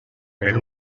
per